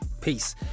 Peace